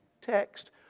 text